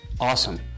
Awesome